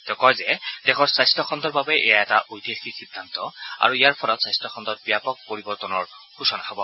তেওঁ কয় যে দেশৰ স্বাস্থ্য খণ্ডৰ বাবে এয়া এটা ঐতিহাসিক সিদ্ধান্ত আৰু ইয়াৰ ফলত স্বাস্য খণ্ডত ব্যাপক পৰিৱৰ্তন সাধন হব